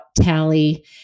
Tally